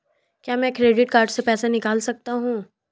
क्या मैं credit card से पैसे निकाल सकता हूँ?